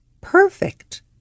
Perfect